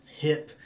hip